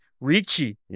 Richie